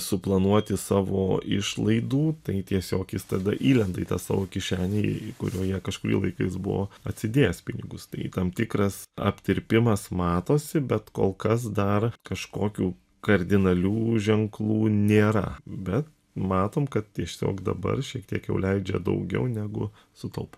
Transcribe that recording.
suplanuoti savo išlaidų tai tiesiog jis tada įlenda į tą savo kišenę į kurioje kažkurį laiką is buvo atsidėjęs pinigus tai tam tikras aptirpimas matosi bet kol kas dar kažkokių kardinalių ženklų nėra bet matom kad tiesiog dabar šiek tiek jau leidžia daugiau negu sutaupo